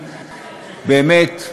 באמת,